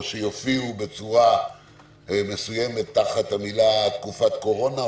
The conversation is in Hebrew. או שיופיעו בצורה מסוימת תחת המלה תקופת קורונה,